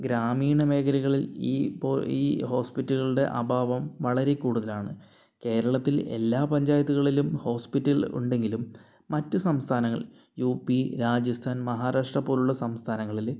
ഗ്രാമീണ മേഖലകളിൽ ഈ ഇപ്പോൾ ഈ ഹോസ്പിറ്റലുകളുടെ അഭാവം വളരെ കൂടുതലാണ് കേരളത്തിൽ എല്ലാ പഞ്ചായത്തുകളിലും ഹോസ്പിറ്റൽ ഉണ്ടെങ്കിലും മറ്റു സംസ്ഥാനങ്ങളിൽ യു പി രാജസ്ഥാൻ മഹാരാഷ്ട്ര പോലുള്ള സംസ്ഥാനങ്ങളിൽ